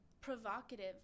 provocative